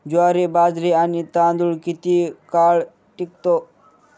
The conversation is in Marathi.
ज्वारी, बाजरी आणि तांदूळ किती काळ टिकतो?